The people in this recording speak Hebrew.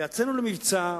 יצאנו למבצע,